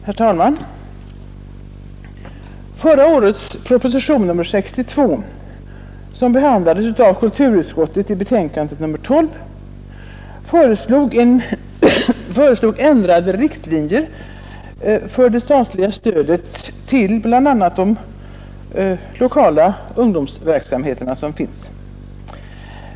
Herr talman! Förra årets proposition nr 32, som behandlades av kulturutskottet i betänkandet nr 12, föreslog ändrade riktlinjer för det statliga stödet till bl.a. de lokala ungdomsverksamheterna.